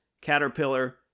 Caterpillar